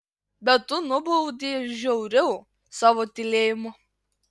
bet tu nubaudei žiauriau savo tylėjimu